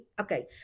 Okay